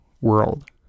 world